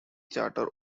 charter